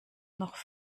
noch